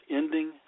ending